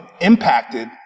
impacted